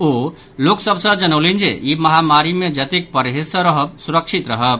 ओ लोक सभ सँ जनौलनि जे ई महामारी मे जतेक परहेज सँ रहब सुरक्षित रहब